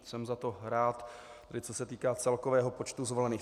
Jsem za to rád, tedy co se týká celkového počtu zvolených.